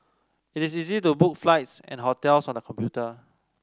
it is easy to book flights and hotels on the computer